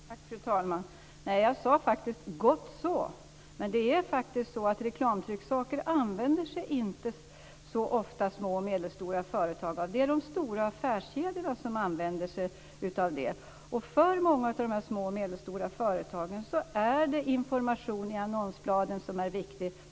Fru talman! Nej, jag sade faktiskt att jag tyckte att det var gott så. Men små och medelstora företag använder sig inte så ofta av reklamtrycksaker. Det är de stora affärskedjorna som använder sig av det. För många av dessa små och medelstora företag är det informationen i annonsbladen som är viktig.